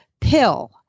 pill